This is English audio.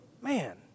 Man